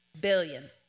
billion